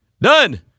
Done